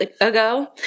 ago